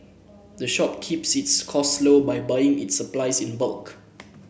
the shop keeps its costs low by buying its supplies in bulk